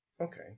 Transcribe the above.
Okay